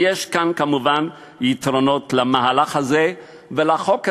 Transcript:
ויש כאן, כמובן, יתרונות למהלך הזה ולחוק הזה.